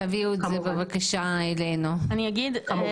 הבדיקה הביתית עולה כסף,